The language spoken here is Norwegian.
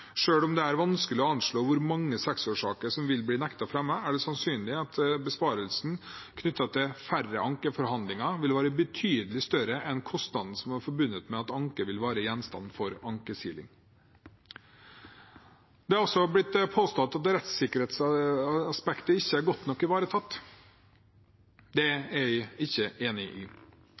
om det er vanskelig å anslå hvor mange seksårssaker som vil bli nektet fremmet, er det sannsynlig at besparelsen knyttet til færre ankeforhandlinger, vil være betydelig større enn kostnadene som er forbundet med at anker vil være gjenstand for ankesiling. Det har også blitt påstått at rettssikkerhetsaspektet ikke er godt nok ivaretatt. Det er jeg ikke enig i.